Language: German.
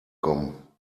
kommen